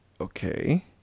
okay